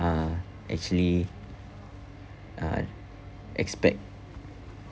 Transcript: uh actually uh expect